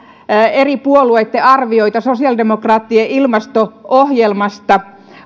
eri puolueitten arvioita sosiaalidemokraattien ilmasto ohjelmasta